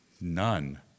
None